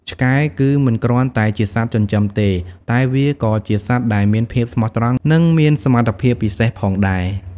ឆ្កែគឺមិនគ្រាន់តែជាសត្វចិញ្ចឹមទេ តែវាក៏ជាសត្វដែលមានភាពស្មោះត្រង់និងមានសមត្ថភាពពិសេសផងដែរ។